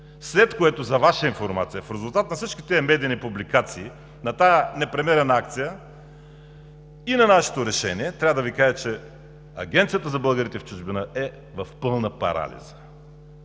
След което – за Ваша информация, в резултат на всички тези медийни публикации на тази непремерена акция и на нашето решение, трябва да Ви кажа, че Агенцията за българите в чужбина е в пълна парализа.